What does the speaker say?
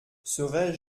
serais